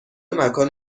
مکان